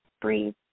Breathe